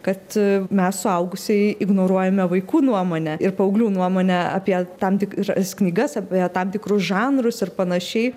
kad mes suaugusieji ignoruojame vaikų nuomonę ir paauglių nuomonę apie tam tikras knygas apie tam tikrus žanrus ir panašiai